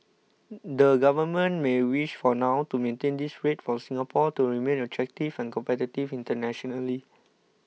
the government may wish for now to maintain this rate for Singapore to remain attractive and competitive internationally